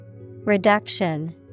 Reduction